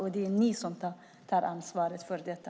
Och det är ni som tar ansvar för detta.